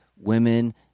women